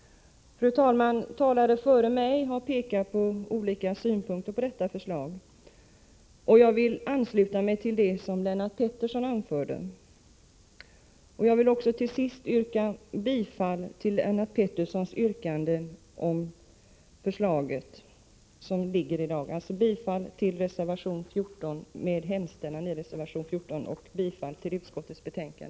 Fru talman! Talare före mig har pekat på olika aspekter när det gäller detta förslag, och jag vill ansluta mig till det som Lennart Pettersson anförde. Jag vill till sist yrka bifall till Lennart Petterssons yrkande — alltså bifall till reservation 14 med dess hemställan och i övrigt bifall till utskottets hemställan.